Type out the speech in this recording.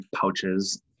pouches